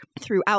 throughout